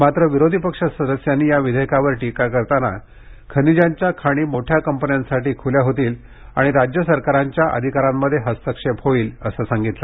मात्र विरोधी पक्ष सदस्यांनी या विधेयकावर टिका करताना खनिजांच्या खाणी मोठ्या कंपन्यांसाठी खुल्या होतील आणि राज्य सरकारांच्या अधिकारांमध्ये हस्तक्षेप होईल असं सांगितलं